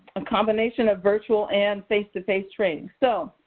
a combination of virtual and face-to-face training. so,